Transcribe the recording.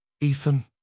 Ethan